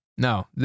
No